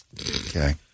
Okay